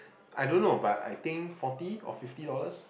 I don't know but I think forty or fifty dollars